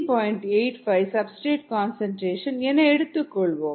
85 substrate concentration என எடுத்துக்கொள்வோம்